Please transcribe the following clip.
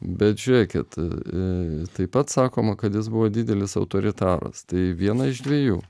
bet žiūrėkit taip pat sakoma kad jis buvo didelis autoritaras tai viena iš dviejų